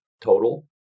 total